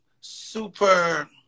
super